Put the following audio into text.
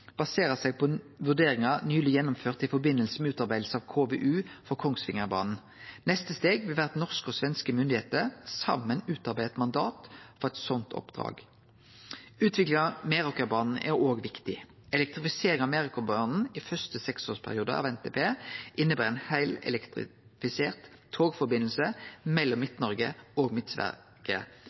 basere seg på vurderingar nyleg gjennomførte i samband med utarbeiding av KVU på Kongsvingerbanen. Neste steg vil vere at norske og svenske myndigheiter saman utarbeider eit mandat for eit slikt oppdrag. Utvikling av Meråkerbanen er òg viktig. Elektrifisering av Meråkerbanen i første seksårsperiode av NTP inneber ein heilelektrifisert togforbindelse mellom Midt-Noreg og